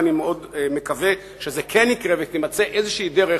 ואני מאוד מקווה שזה כן יקרה ותימצא איזושהי דרך